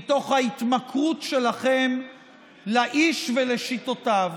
מתוך ההתמכרות שלכם לאיש ולשיטותיו